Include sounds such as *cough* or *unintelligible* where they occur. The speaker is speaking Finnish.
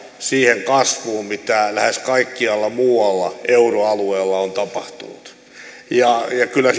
siihen kasvuun mitä lähes kaikkialla muualla euroalueella on tapahtunut kyllä *unintelligible*